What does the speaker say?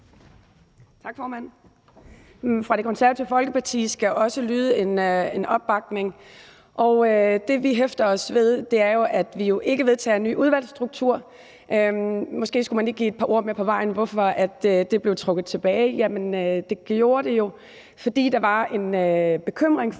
Fra Det Konservative Folkeparti skal også lyde en opbakning. Det, vi hæfter os ved, er jo, at vi ikke vedtager en ny udvalgsstruktur; måske skulle man lige give det et par ord med på vejen, altså hvorfor det er blevet trukket tilbage. Det gjorde det jo, fordi der var en bekymring for, om